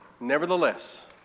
nevertheless